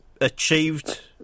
achieved